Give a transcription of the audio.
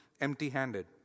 empty-handed